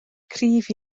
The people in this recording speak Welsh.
cryf